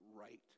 right